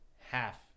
half